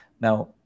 Now